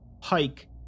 Pike